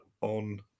on